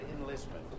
enlistment